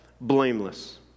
blameless